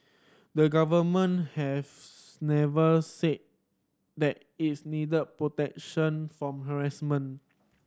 the Government never said that its needed protection from harassment